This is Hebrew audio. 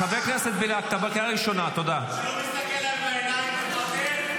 אני מציע לך שמי שכתב לך את הנאום, תפטר אותו.